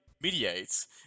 mediates